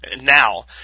now